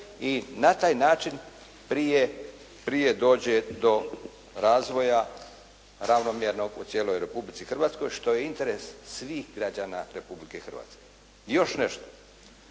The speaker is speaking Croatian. i na taj način prije dođe do razvoja ravnomjernog u cijeloj Republici Hrvatskoj što je interes svih građana Republike Hrvatske. I još nešto,